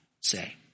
say